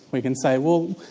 we can say, well,